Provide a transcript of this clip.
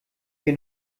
wir